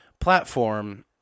platform